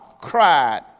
cried